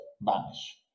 vanish